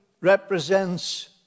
represents